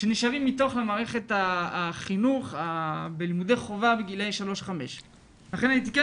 שנשארים מתוך מערכת החינוך בלימודי חובה וגילאי 5-3. הייתי כן